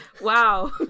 wow